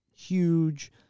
huge